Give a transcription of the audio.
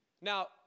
Now